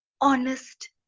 honest